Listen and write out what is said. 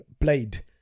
Blade